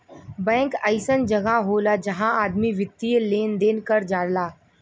bank अइसन जगह होला जहां आदमी वित्तीय लेन देन कर जाला